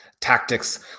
tactics